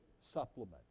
supplement